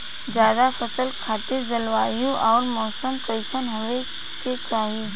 जायद फसल खातिर जलवायु अउर मौसम कइसन होवे के चाही?